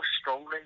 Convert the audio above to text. strolling